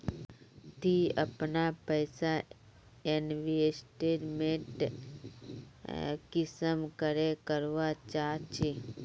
ती अपना पैसा इन्वेस्टमेंट कुंसम करे करवा चाँ चची?